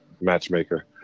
matchmaker